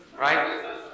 Right